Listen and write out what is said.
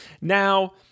Now